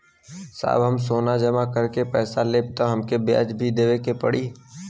साहब हम सोना जमा करके पैसा लेब त हमके ब्याज भी देवे के पड़ी?